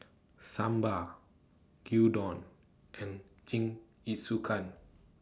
Sambar Gyudon and Jingisukan